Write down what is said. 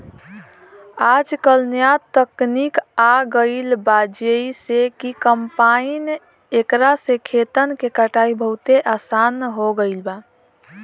आजकल न्या तकनीक आ गईल बा जेइसे कि कंपाइन एकरा से खेतन के कटाई बहुत आसान हो गईल बा